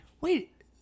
Wait